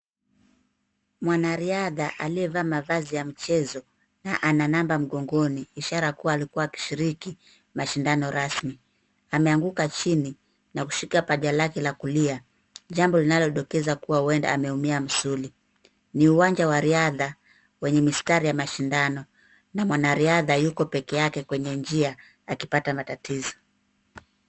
Mwanariadha aliyevaa mavazi ya mchezo na ana namba mgongoni ishara kuwa alikuwa akishiriki mashindano rasmi. Ameanguka chini na kushika paja lake la kulia. Jambo linalodokeza kuwa huenda ameumia msuli .Ni uwanja wa riadha wenye mistari ya mashindano na mwanariadha yuko peke yake kwenye njia akipata matatizo.